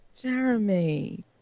Jeremy